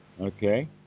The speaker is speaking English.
Okay